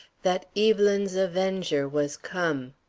that evelyn's avenger was come.